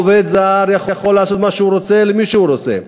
עובד זר יכול לעשות מה שהוא רוצה למי שהוא רוצה,